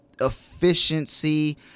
efficiency